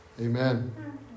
Amen